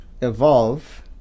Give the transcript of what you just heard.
evolve